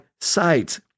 sight